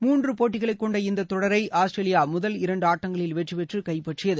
மூன்று போட்டிகளை கொண்ட இந்த தொடரை ஆஸ்திரேலியா முதல் இரண்டு ஆட்டங்களில் வெற்றி பெற்று கைப்பற்றியது